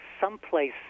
someplace